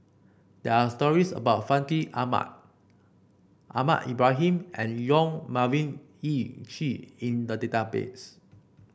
there are stories about Fandi Ahmad Ahmad Ibrahim and Yong Melvin Yik Chye in the database